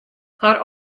har